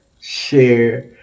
share